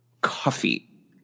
coffee